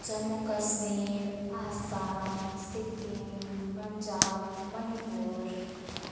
Jammu Kashmir Assam Sikkim Punjab Manipur